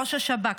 ראש השב"כ,